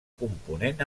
component